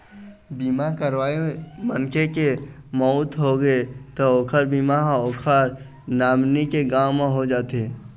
बीमा करवाए मनखे के मउत होगे त ओखर बीमा ह ओखर नामनी के नांव म हो जाथे